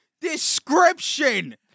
description